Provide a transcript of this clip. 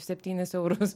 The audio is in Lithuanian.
septynis eurus